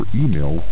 email